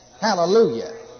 Hallelujah